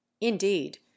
indeed